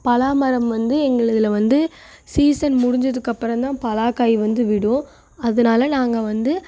பலாமரம் வந்து எங்களதில வந்து சீசன் முடிஞ்சதுக்கப்புறோந்தான் பலாக்காய் வந்து விடும் அதனால நாங்கள் வந்து